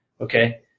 okay